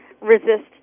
resist